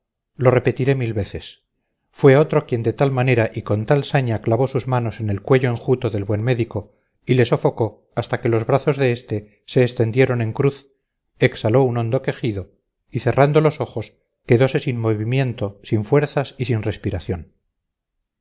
lo repetiré mil veces fue otro quien de tal manera y con tanta saña clavó sus manos en el cuello enjuto del buen médico y le sofocó hasta que los brazos de éste se extendieron en cruz exhaló un hondo quejido y cerrando los ojos quedose sin movimiento sin fuerzas y sin respiración